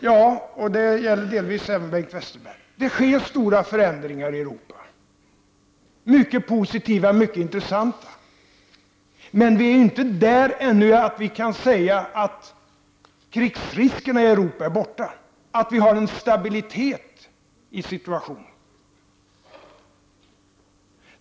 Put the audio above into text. Ja, det sker stora förändringar i Europa — detta också sagt till Bengt Westerberg. De förändringarna är mycket positiva och mycket intressanta. Men vi är ännu inte där att vi kan säga att krigsrisken i Europa är borta och att situationen är stabil.